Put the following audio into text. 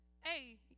Hey